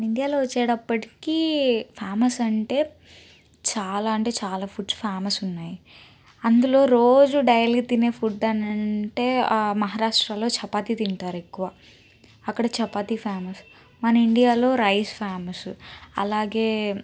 ఇండియాలో వచ్చేటప్పటికి ఫేమస్ అంటే చాలా అంటే చాలా ఫుడ్ ఫేమస్ ఉన్నాయి అందులో రోజూ డైలీ తినే ఫుడ్ అని అంటే మహారాష్ట్రలో చపాతీ తింటారు ఎక్కువ అక్కడ చపాతీ ఫేమస్ మన ఇండియాలో రైస్ ఫేమస్ అలాగే